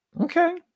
Okay